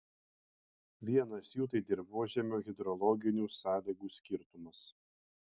vienas jų tai dirvožemio hidrologinių sąlygų skirtumas